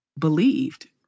believed